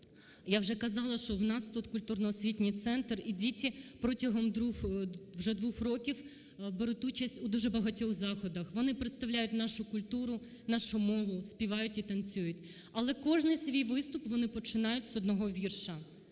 Я вже казала, що внас тут культурно-освітній центр і діти протягом вже двох років беруть участь у дуже багатьох заходах, вони представляють нашу культуру, нашу мову, співають і танцюють. Але кожен свій виступ вони починають з одного вірша.